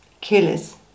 killers